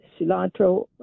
cilantro